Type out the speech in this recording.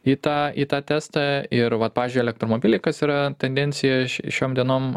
į tą į tą testą ir vat pavyzdžiui elektromobilį kas yra tendencija šioms dienom